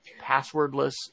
passwordless